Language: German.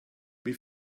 wie